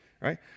right